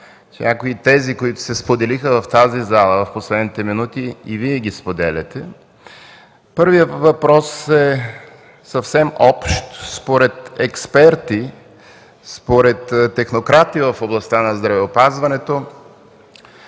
някои тези, които се споделиха в тази зала през последните минути, и Вие ги споделяте. Първият въпрос е съвсем общ. Според експерти, според технократи в областта на здравеопазването